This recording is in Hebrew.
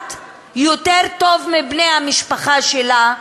הנפגעת יותר טוב מבני המשפחה שלה,